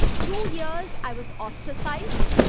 two years, i was ostracized,